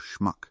schmuck